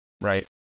right